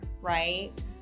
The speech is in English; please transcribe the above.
Right